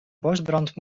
bosbrand